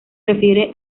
refiere